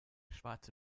schwarze